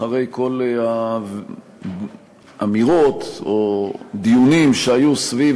אחרי כל האמירות או הדיונים שהיו סביב